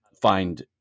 find